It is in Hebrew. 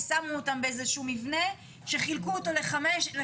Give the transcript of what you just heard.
שמו אותם באיזה שהוא מבנה שחילקו אותו לחמישה.